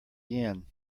yen